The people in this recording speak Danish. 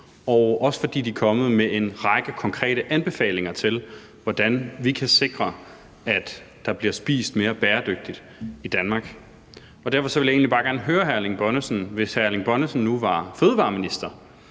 og de er også kommet med en række konkrete anbefalinger til, hvordan vi kan sikre, at der bliver spist mere bæredygtigt i Danmark. Derfor vil jeg egentlig bare gerne høre hr. Erling Bonnesen: Hvis hr.